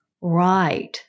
Right